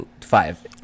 five